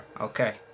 Okay